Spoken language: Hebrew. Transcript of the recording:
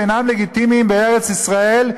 אינם לגיטימיים בארץ-ישראל,